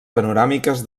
panoràmiques